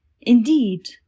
Indeed